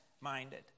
minded